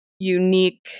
unique